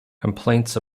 complaints